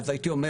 אז הייתי אומר